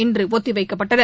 இன்று ஒத்திவைக்கப்பட்டன